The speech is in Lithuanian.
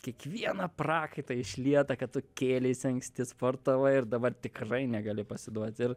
kiekvieną prakaitą išlietą kad tu kėleis anksti sportavai ir dabar tikrai negali pasiduot ir